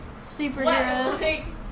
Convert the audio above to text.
Superhero